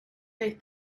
they